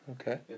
Okay